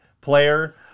player